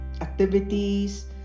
activities